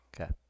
Okay